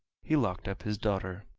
he locked up his daughter.